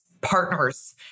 partners